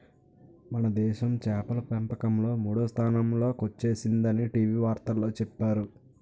మనదేశం చేపల పెంపకంలో మూడో స్థానంలో కొచ్చేసిందని టీ.వి వార్తల్లో చెప్పేరు